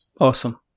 Awesome